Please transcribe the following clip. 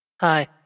Hi